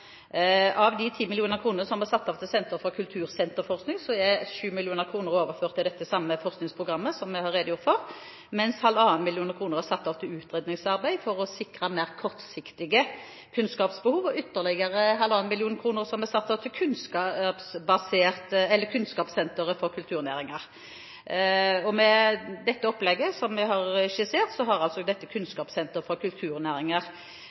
Av de 10 mill. kr som ble satt av til senter for kulturforskning, er 7 mill. kr overført til det samme forskningsprogrammet, som jeg har redegjort for, mens 1,5 mill. kr er satt av til utredningsarbeid for å sikre mer kortsiktige kunnskapsbehov, og ytterligere 1,5 mill. kr er satt av til kunnskapssenter for kulturnæringer. Med det opplegget som jeg har skissert, har